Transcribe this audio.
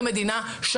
כמדינה,